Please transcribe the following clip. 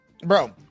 Bro